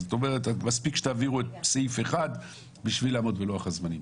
זאת אומרת מספיק שתעבירו את סעיף 1 בשביל לעמוד בלוח הזמנים.